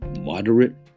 moderate